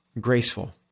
graceful